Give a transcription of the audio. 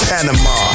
Panama